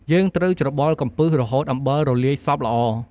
យើងត្រូវច្របល់កំពឹស រហូតអំបិលរលាយសព្វល្អ។